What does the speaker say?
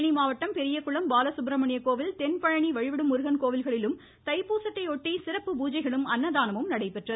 தேனி மாவட்டம் பெரியகுளம் பாலசுப்ரமண்ய கோவில் தென்பழனி வழிவிடும் முருகன் கோவில்களிலும் தைப்பூசத்தையொட்டி சிறப்பு பூஜைகளும் அன்னதானமும் நடைபெற்றது